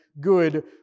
good